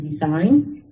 design